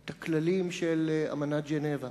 את הכללים של אמנת ז'נבה,